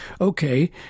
Okay